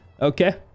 okay